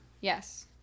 Yes